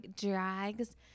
drags